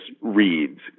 reads